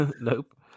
Nope